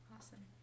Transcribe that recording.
Awesome